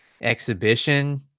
exhibition